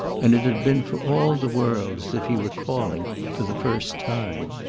and it had been for all the world as if he were calling for the first time.